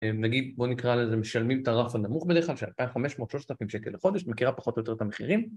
נגיד בואו נקרא לזה משלמים את הרחב הנמוך בדרך כלל של 2500 שקל לחודש, מכירה פחות או יותר את המחירים